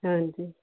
ਹਾਂਜੀ